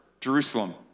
Jerusalem